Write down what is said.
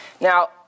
Now